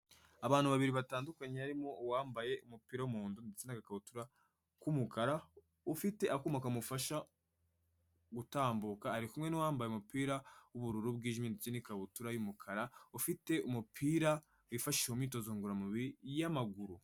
Abantu babiri batandukanye harimo uwambaye umupira w'umuhondo ndetse n'agakabutura k'umukara, ufite akuma kamufasha gutambuka ari kumwe n'uwambaye umupira w'ubururu bwijimye ndetse n'ikabutura y'umukara ufite umupira wifashishwa mu myitozo ngororamubiri y'amaguru.